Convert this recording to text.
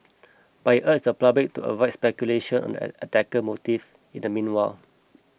but he urged the public to avoid speculation on the attacker motive in the meanwhile